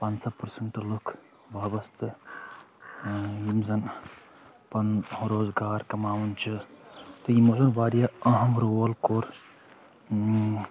پَنٛژہ percent لُکھ وابسطہٕ یِم زَن پَنُن روزگار کَماوان چھِ تہٕ یِمو چھِ واریاہ اہم رول کوٚر